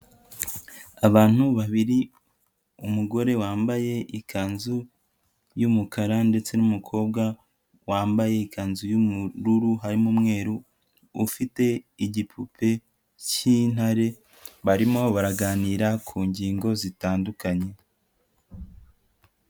Abantu babiri umugore wambaye ikanzu y'umukara, ndetse n'umukobwa wambaye ikanzu y'ubururu harimo umweru, ufite igipupe cy'intare, barimo baraganira ku ngingo zitandukanye.